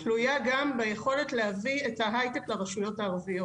תלויה גם ביכולת להביא את ההייטק לרשויות הערביות.